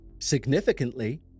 Significantly